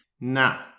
Now